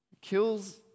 kills